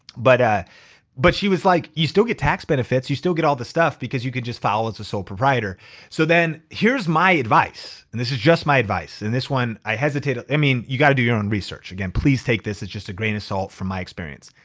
but ah but she was like, you still get tax benefits. you still get all this stuff because you can just file as a sole proprietor so then here's my advice, and this is just my advice. and this one, i hesitated. i mean, you gotta do your own research. again, please take this as just a grain of salt from my experience.